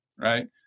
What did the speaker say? right